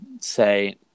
say